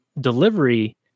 delivery